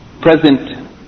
present